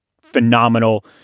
phenomenal